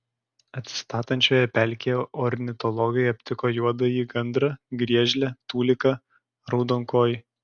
atsistatančioje pelkėje ornitologai aptiko juodąjį gandrą griežlę tuliką raudonkojį